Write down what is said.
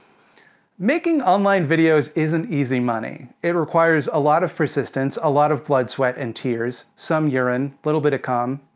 making online videos isn't easy money. it requires a lot of persistence, a lot of blood, sweat and tears. some urine, little bit of cum.